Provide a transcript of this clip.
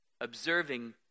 Observing